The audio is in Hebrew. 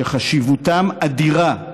שחשיבותם אדירה.